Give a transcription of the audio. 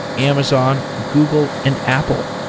amazon, google and apple.